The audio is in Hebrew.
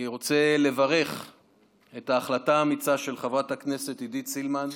אני רוצה לברך את ההחלטה האמיצה של חברת הכנסת עידית סילמן.